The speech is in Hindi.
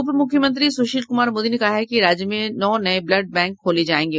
उप मुख्यमंत्री सुशील कुमार मोदी ने कहा है कि राज्य में नौ नये ब्लड बैंक खोले जायेंगे